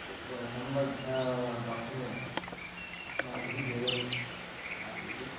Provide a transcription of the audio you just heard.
तत्र सम्बद्धाः डाक्युमेण्ट्स् अस्माभिः देयम् आसीत्